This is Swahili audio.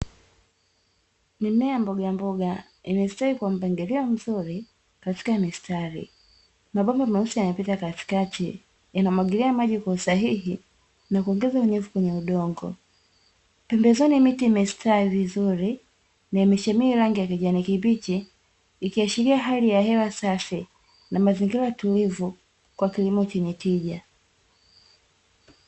Mimea ya mbogamboga imestawi kwa mpangilio mzuri, katika mistari. Mabomba meusi yamepita katikati, yanamwagilia maji kwa usahihi na kuongeza unyevu kwenye udongo. Pembezoni miti imestawi vizuri, na imeshamiri rangi ya kijani kibichi, ikiashiria hali ya hewa safi, na mazingira tulivu kwa kilimo chenye tija.